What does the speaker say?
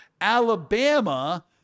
Alabama